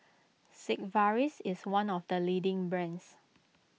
Sigvaris is one of the leading brands